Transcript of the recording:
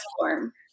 form